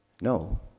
No